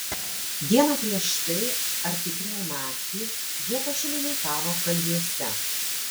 dieną prieš tai ar tikriau naktį jie pašeimininkavo kalviuose